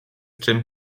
czym